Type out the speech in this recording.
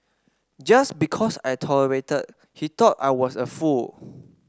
just because I tolerated he thought I was a fool